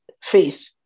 Faith